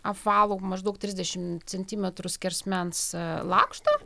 apvalų maždaug trisdešimt centimetrų skersmens lakštą